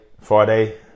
Friday